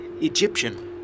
Egyptian